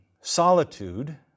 solitude